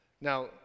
Now